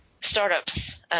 startups